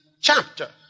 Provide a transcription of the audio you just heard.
chapter